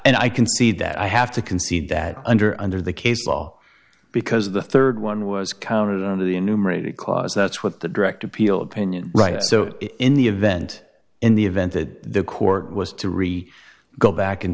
and i concede that i have to concede that under under the case law because the third one was counted and the enumerated cause that's what the direct appeal opinion right so in the event in the event that the court was to re go back in